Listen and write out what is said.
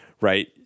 right